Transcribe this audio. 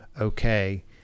Okay